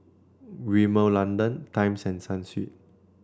Rimmel London Times and Sunsweet